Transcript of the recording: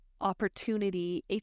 opportunity